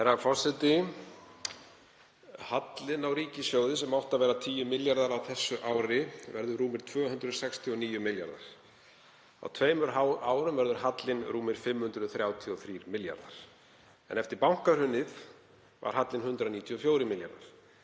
Herra forseti. Hallinn á ríkissjóði sem átti að vera 10 milljarðar á þessu ári verður rúmir 269 milljarðar. Á tveimur árum verður hallinn rúmir 533 milljarðar. Eftir bankahrunið var hallinn 194 milljarðar